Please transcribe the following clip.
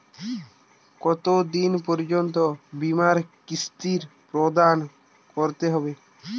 কতো দিন পর্যন্ত বিমার কিস্তি প্রদান করতে হবে?